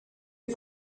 est